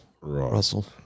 Russell